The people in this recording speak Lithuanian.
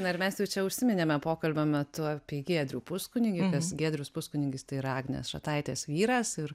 na ir mes jau čia užsiminėme pokalbio metu apie giedrių puskunigį kas giedrius puskunigis yra agnės šataitės vyras ir